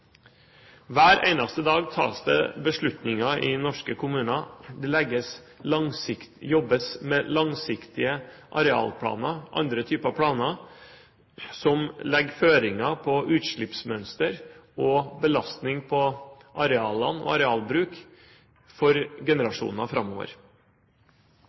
Hver eneste dag tas det beslutninger i norske kommuner, det jobbes med langsiktige arealplaner, andre typer planer, som legger føringer for utslippsmønster og belastning på arealene og arealbruk for